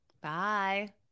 bye